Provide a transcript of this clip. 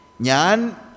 Nyan